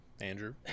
Andrew